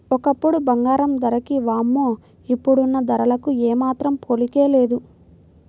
ఒకప్పుడు బంగారం ధరకి వామ్మో ఇప్పుడున్న ధరలకు ఏమాత్రం పోలికే లేదు